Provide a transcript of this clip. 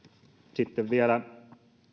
sitten vielä